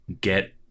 get